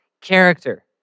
character